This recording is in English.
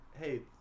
Hey